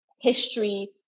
history